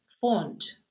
font